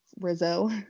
Rizzo